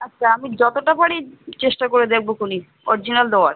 আচ্ছা আমি যতটা পারি চেষ্টা করে দেখবোখুনি অরিজিনাল দোয়ার